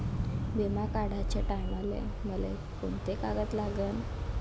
बिमा काढाचे टायमाले मले कोंते कागद लागन?